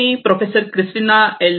me professor Christina L